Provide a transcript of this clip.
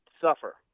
suffer